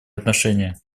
отношения